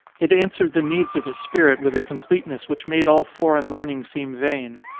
it answered the needs of his spirit with a completeness which made all foreign learn ing seem vain.